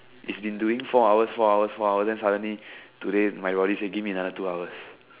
it's been doing four hours four hours four hours then suddenly today my body say give me another two hours